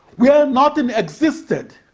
where nothing existed,